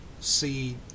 see